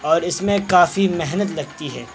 اور اس میں کافی محنت لگتی ہے